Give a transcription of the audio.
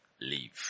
leave